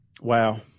Wow